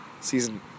season